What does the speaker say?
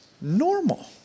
normal